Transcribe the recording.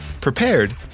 prepared